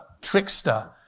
trickster